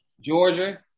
Georgia